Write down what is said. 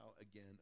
again